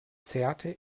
zerrte